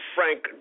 Frank